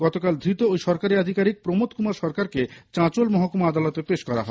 গতকাল ধৃত ঐ সরকারি আধিকারিক প্রমোদ কুমার সরকারকে চাচোঁল মহকুমা আদালতে পেশ করা হয়